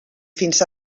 fins